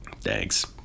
Thanks